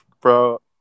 bro